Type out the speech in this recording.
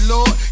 Lord